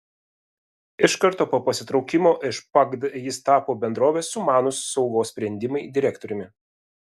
iš karto po pasitraukimo iš pagd jis tapo bendrovės sumanūs saugos sprendimai direktoriumi